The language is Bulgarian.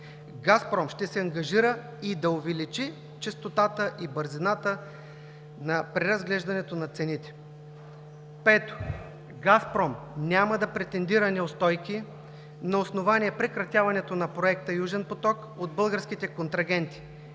„Газпром“ ще се ангажира и да увеличи честотата и бързината на преразглеждането на цените. Пето, „Газпром“ няма да претендира неустойки на основание прекратяването на Проекта „Южен поток“ от българските контрагенти.